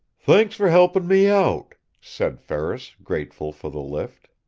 thanks for helpin' me out, said ferris, grateful for the lift.